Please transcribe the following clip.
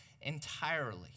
entirely